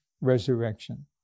resurrection